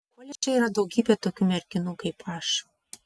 koledže yra daugybė tokių merginų kaip aš